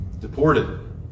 deported